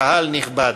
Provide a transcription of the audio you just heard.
קהל נכבד,